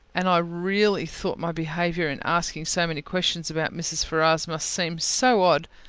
and i really thought my behaviour in asking so many questions about mrs. ferrars must seem so odd,